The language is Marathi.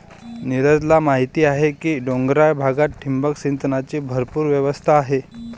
नीरजला माहीत आहे की डोंगराळ भागात ठिबक सिंचनाची भरपूर व्यवस्था आहे